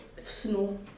Snow